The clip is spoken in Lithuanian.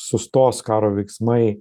sustos karo veiksmai